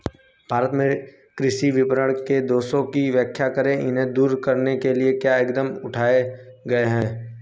भारत में कृषि विपणन के दोषों की व्याख्या करें इन्हें दूर करने के लिए क्या कदम उठाए गए हैं?